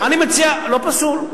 לא פסול.